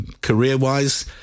career-wise